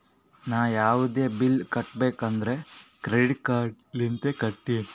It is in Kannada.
ನಾ ಯಾವದ್ರೆ ಬಿಲ್ ಕಟ್ಟಬೇಕ್ ಅಂದುರ್ ಕ್ರೆಡಿಟ್ ಕಾರ್ಡ್ ಲಿಂತೆ ಕಟ್ಟತ್ತಿನಿ